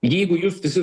jeigu jūs visi